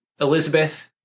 Elizabeth